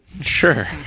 Sure